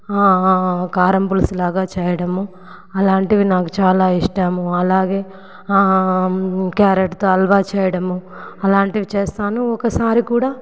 కారం పులుసులాగా చేయడమూ అలాంటివి నాకు చాలా ఇష్టము అలాగే క్యారెట్తో హాల్వా చేయడము అలాంటివి చేస్తాను ఒకసారి కూడా